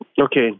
Okay